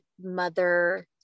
mother